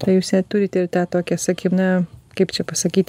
tai jūs ją turit ir tą tokią sakykim na kaip čia pasakyti